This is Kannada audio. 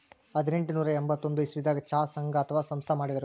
ಹದನೆಂಟನೂರಾ ಎಂಬತ್ತೊಂದ್ ಇಸವಿದಾಗ್ ಚಾ ಸಂಘ ಅಥವಾ ಸಂಸ್ಥಾ ಮಾಡಿರು